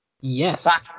yes